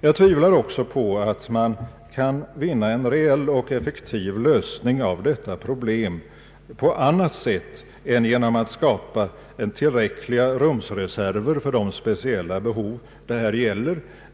Jag tvivlar också på att man kan finna en reell och effektiv lösning av detta problem på annat sätt än genom att skapa tillräckliga rumsreserver för de speciella behov det här gäller.